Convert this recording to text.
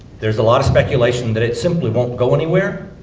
there's a lot of speculation that it simply won't go anywhere.